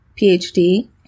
PhD